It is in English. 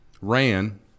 Ran